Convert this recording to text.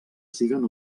siguen